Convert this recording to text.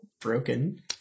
broken